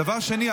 דבר שני,